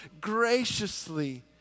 graciously